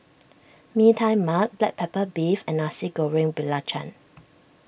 Mee Tai Mak Black Pepper Beef and Nasi Goreng Belacan